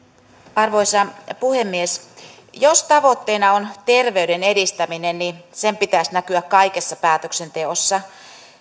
arvoisa puhemies jos tavoitteena on terveyden edistäminen niin sen pitäisi näkyä kaikessa päätöksenteossa